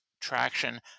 traction